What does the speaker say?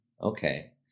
okay